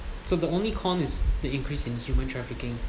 so the only con is the increase in human trafficking